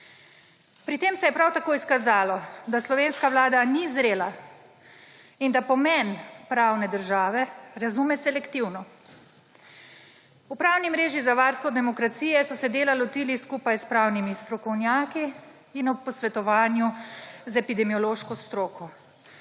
Pri tem se je prav tako izkazalo, da slovenska vlada ni zrela in da pomen pravne države razume selektivno. V Pravni mreži za varstvo demokracije so se dela lotili skupaj s pravnimi strokovnjaki in ob posvetovanju z epidemiološko stroko,